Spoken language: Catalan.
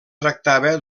tractava